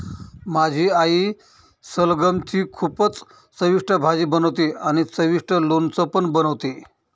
माझी आई सलगम ची खूपच चविष्ट भाजी बनवते आणि चविष्ट लोणचं पण बनवते